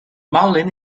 marlin